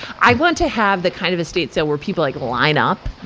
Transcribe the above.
i want to have the kind of estate sale where people like line up,